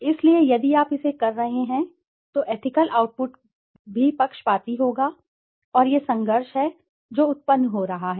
इसलिए यदि आप इसे कर रहे हैं तो एथिकल आउटपुट भी पक्षपाती होगा और यह संघर्ष है जो उत्पन्न हो रहा है